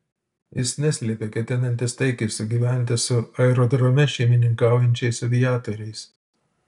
jis neslėpė ketinantis taikiai sugyventi su aerodrome šeimininkaujančiais aviatoriais